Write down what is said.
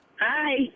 Hi